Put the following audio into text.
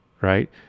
right